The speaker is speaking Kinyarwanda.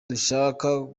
dushaka